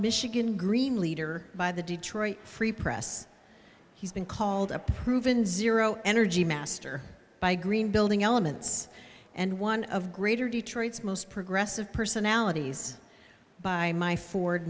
michigan green leader by the detroit free press he's been called a proven zero energy master by green building elements and one of greater detroit's most progressive personalities by my ford